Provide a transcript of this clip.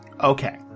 okay